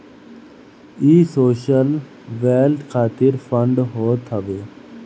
इ social wealth खातिर fund होत हवे